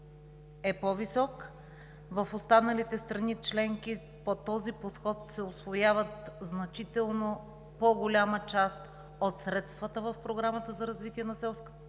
е по-висок. В останалите страни членки по този подход се усвояват значително по-голяма част от средствата в Програмата за развитие на селските